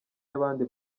y’abandi